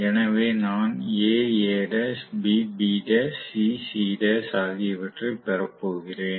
எனவே நான் A A' B B' C C' ஆகியவற்றை பெறப் போகிறேன்